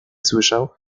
słyszał